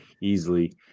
easily